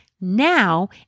now